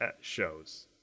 shows